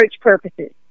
purposes